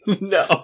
no